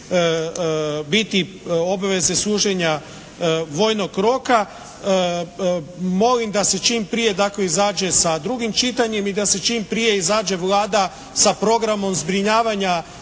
biti obveze služenja vojnog roka. Molim da se čim prije dakle izađe sa drugim čitanjem i da se čim prije izađe Vlada sa programom zbrinjavanja